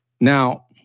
Now